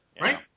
Right